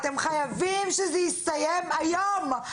אתם חייבים שזה יסתיים היום.